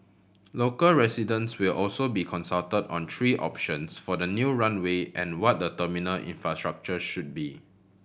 local residents will also be consulted on three options for the new runway and what the terminal infrastructure should be